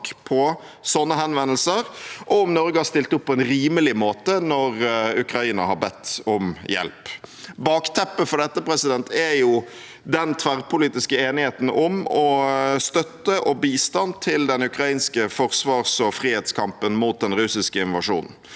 og om Norge har stilt opp på en rimelig måte når Ukraina har bedt om hjelp. Bakteppet for dette er den tverrpolitiske enigheten om støtte og bistand til den ukrainske forsvars- og frihetskampen mot den russiske invasjonen.